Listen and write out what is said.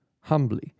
humbly